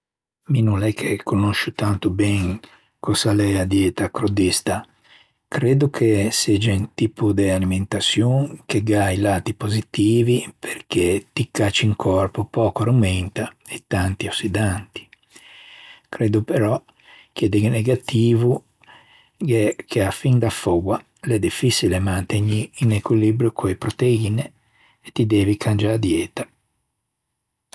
Mi no l'é che conosce tanto ben cöse a l'é a dieta crudista. Creddo ch'a segge un tipo de alimentaçion che gh'à i lati positivi perché ti cacci in còrpo pöca rumenta e tanti ossidanti. Creddo però che de negativo che a-a fin da föa, l'é diffiçile mantegnî un equilibrio co-e proteiñe e ti devi cangiâ dieta.